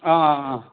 अँ अँ अँ